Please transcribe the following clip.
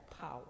power